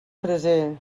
freser